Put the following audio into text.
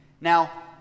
Now